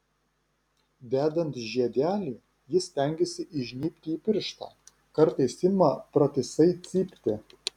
dedant žiedelį ji stengiasi įžnybti į pirštą kartais ima pratisai cypti